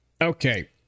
okay